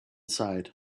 sighed